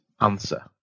answer